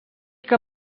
que